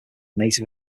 native